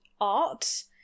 art